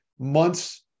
months